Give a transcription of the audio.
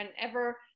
whenever